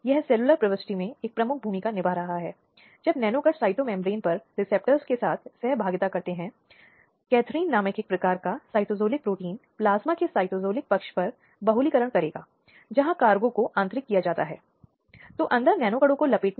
यदि कोई अदालत में जाता है तो यह कानून और सबूतों के आधार पर है कि मामला स्थापित किया जाना है और उसके लिए एक वकील की सेवाएं आवश्यक और महत्वपूर्ण हो जाती हैं